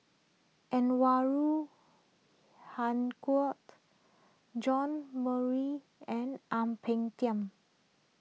Anwarul Haque John and Ang Peng Tiam